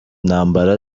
ntambara